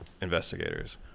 investigators